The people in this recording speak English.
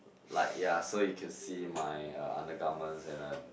like ya so you can see my uh undergarments and uh